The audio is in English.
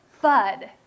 bud